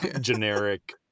generic